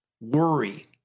worry